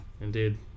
Indeed